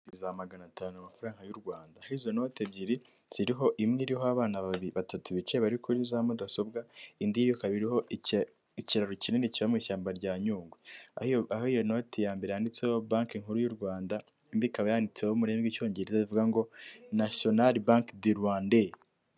Za magana atanu amafaranga y'u Rwanda. Aho izo noti ebyiri ziriho, imwe iriho abana batatu bicaye bari kuri za mudasobwa, indi ikaba iriho ikiraro kinini kiba mu ishyamba rya Nyungwe. Aho iyo noti ya mbere yanditseho Banki Nkuru y'u Rwanda, indi ikaba yanditseho mu rurimi rw'icyongereza ivuga ngo nasiyonale banke du Rwande.